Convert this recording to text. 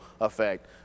effect